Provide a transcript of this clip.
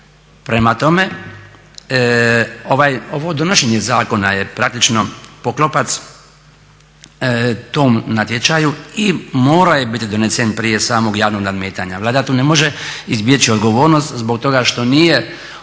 Prema tome, ovo donošenje zakona je praktično poklopac tom natječaju i morao je biti donesen prije samog javnog nadmetanja. Vlada tu ne može izbjeći odgovornost zbog toga što nije ovaj